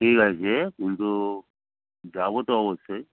ঠিক আছে কিন্তু যাবো তো অবশ্যই